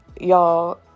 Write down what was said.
y'all